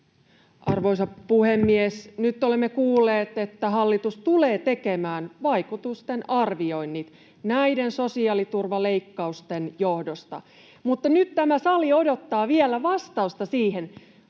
Arvoisa puhemies! Nyt olemme kuulleet, että hallitus tulee tekemään vaikutustenarvioinnit näiden sosiaaliturvaleikkausten johdosta, mutta nyt tämä sali odottaa vielä vastausta valtiovarainministeri